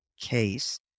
Case